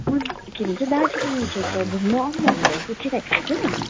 म के भन्छ दार्जिलिङ क्षेत्र घुम्न आऊँ भनेर सोचिरहेको थिएँ कि